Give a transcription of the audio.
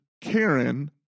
Karen